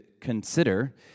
consider